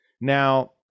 now